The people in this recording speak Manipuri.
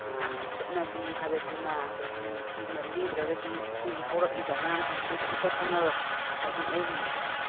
ꯆꯠꯅꯕꯤ ꯍꯥꯏꯕꯁꯤꯃ ꯑꯗꯒꯤ ꯁꯤ ꯑꯃ ꯂꯤꯗ꯭ꯔꯒꯗꯤ ꯑꯩꯈꯣꯏꯒꯤ ꯍꯧꯔꯛꯏꯕ ꯑꯉꯥꯡꯁꯤꯡꯁꯤꯅ ꯀꯔꯤꯝꯇ ꯈꯪꯉꯔꯣꯏ ꯍꯥꯏꯕꯗꯤ ꯑꯩꯒꯤ